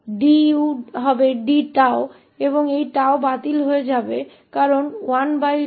𝑑𝑢 𝑑𝜏 होगा और यह 𝜏 और यह 𝜏 रद्द हो जाएगा क्योंकि 12𝜏 𝑑𝑢 होगा